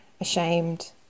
ashamed